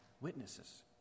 witnesses